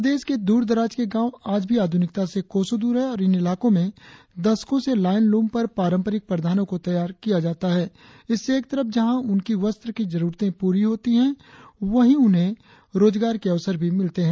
प्रदेश के द्रदराज के गांव आज भी आधुनिकता से कोसो दूर है और इन इलाकों में दशकों से लायन ल्रम पर पांरपारिक परिधानों को तैयार किया जाता है इससे एक तरफ जहाँ उनकी वस्त्र की जरुरते पूरी होती है वही उन्हे रोजगार के अवसर भी मिलते है